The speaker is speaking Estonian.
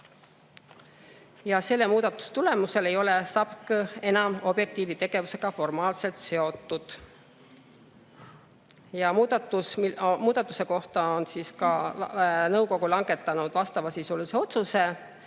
Selle muudatuse tulemusel ei ole SAPTK enam Objektiivi tegevusega formaalselt seotud. Muudatuse kohta on nõukogu langetanud vastavasisulise otsuse